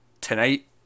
tonight